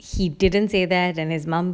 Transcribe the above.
he didn't say that and his mum